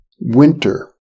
winter